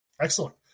Excellent